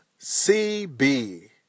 CB